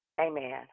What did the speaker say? amen